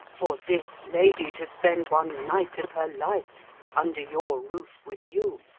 for this lady to spend one night of her life under your roof with you